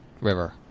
river